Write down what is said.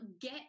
get